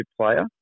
player